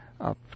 up